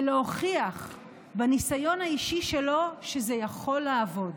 ולהוכיח בניסיון האישי שלו שזה יכול לעבוד,